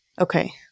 Okay